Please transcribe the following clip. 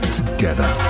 together